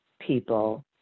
people